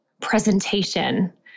presentation